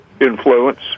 influence